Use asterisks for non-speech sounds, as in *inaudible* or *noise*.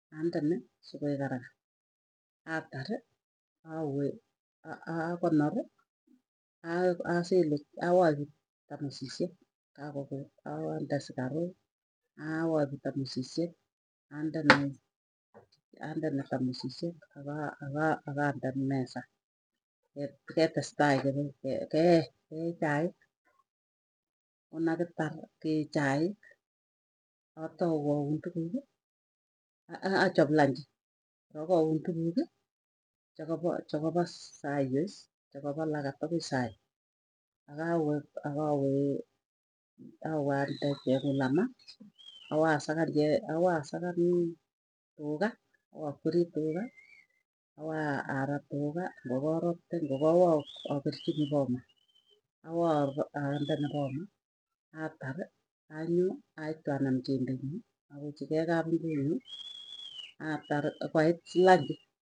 Andene sukoek araka atari awee akonori asilu awaipu tamusisiek kakokut ande sukaruk awaipu tamusisiek. andene *noise* tamusisiek akande messa, ketestai kee kee chai konakitar kee chaik atau aun tukuk, achap lunch korok aun tukuk chekapo saiyo iis chekapo lakat akoi sai. Akawe awee alde kiy el kiplama awasakan tuga awokwerii tuga, awarat tuga ngokarate ngokawakerchinii poma awaandene poma atari. Anyoo aitu anam chembe nyuu awechikei kapingwee yuun *noise* atar ipaipchi lunch.